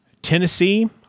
Tennessee